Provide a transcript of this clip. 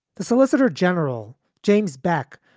the solicitor general, james beck,